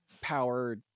power